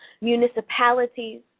municipalities